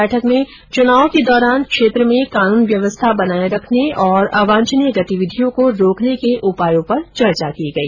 बैठक में चुनावों के दौरान क्षेत्र में कानून व्यवस्था बनाए रखने और अवांछनीय गतिविधियों को रोकने के उपायों पर चर्चा की गई